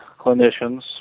clinicians